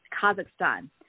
Kazakhstan